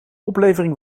oplevering